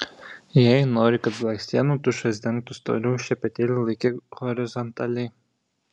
jei nori kad blakstienų tušas dengtų storiau šepetėlį laikyk horizontaliai